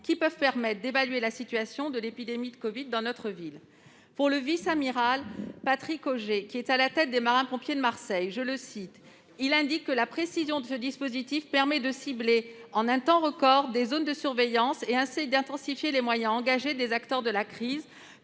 il est possible d'évaluer la situation de l'épidémie de covid dans notre ville. Le vice-amiral Patrick Augier, qui est à la tête des marins-pompiers de Marseille, indique que « la précision de ce dispositif permet de cibler en un temps record des zones de surveillance, et ainsi d'intensifier les moyens engagés par les acteurs de la crise,